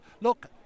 look